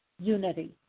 unity